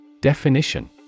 Definition